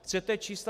Chcete čísla?